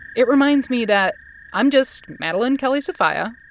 it reminds me that i'm just madeline kelly sofia,